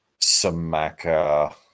Samaka